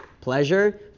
pleasure